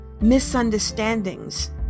misunderstandings